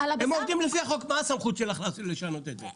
הם עובדים לפי החוק, מה הסמכות שלך לשנות את זה?